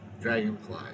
Dragonfly